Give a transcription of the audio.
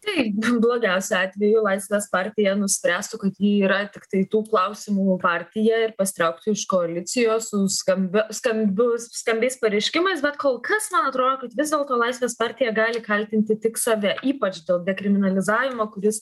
tai blogiausiu atveju laisvės partija nuspręstų kad ji yra tiktai tų klausimų partija ir pasitrauktų iš koalicijos su skambia skambiu skambiais pareiškimais bet kol kas man atrodo kad vis dėlto laisvės partija gali kaltinti tik save ypač dėl dekriminalizavimo kuris